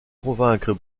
convaincre